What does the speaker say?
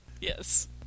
yes